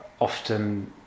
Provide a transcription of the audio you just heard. often